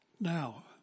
Now